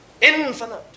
infinite